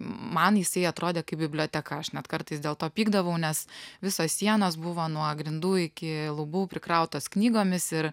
man jisai atrodė kaip biblioteka aš net kartais dėl to pykdavau nes visos sienos buvo nuo grindų iki lubų prikrautos knygomis ir